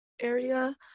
area